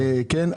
כן,